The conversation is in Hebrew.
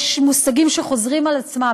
יש מושגים שחוזרים על עצמם,